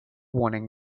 warning